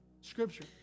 scripture